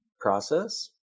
process